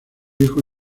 hijo